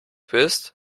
bist